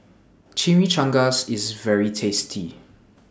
Chimichangas IS very tasty